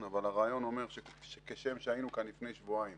הרעיון אומר שכשם שהיינו כאן לפני שבועיים